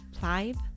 five